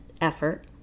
effort